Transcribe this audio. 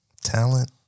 talent